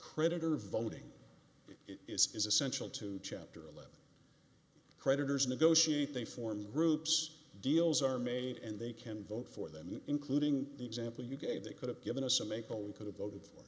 creditor voting is essential to chapter eleven creditors negotiate they form groups deals are made and they can vote for them including the example you gave they could have given us a make a we could have voted